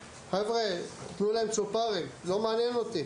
חבר'ה, תנו להם צ'ופרים, לא מעניין אותי.